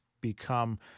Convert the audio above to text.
become